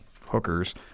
hookers